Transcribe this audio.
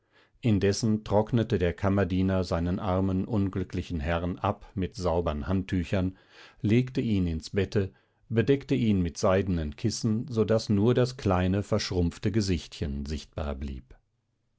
indessen trocknete der kammerdiener seinen armen unglücklichen herrn ab mit saubern handtüchern legte ihn ins bette bedeckte ihn mit seidenen kissen so daß nur das kleine verschrumpfte gesichtchen sichtbar blieb